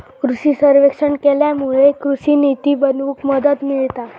कृषि सर्वेक्षण केल्यामुळे कृषि निती बनवूक मदत मिळता